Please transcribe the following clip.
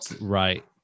Right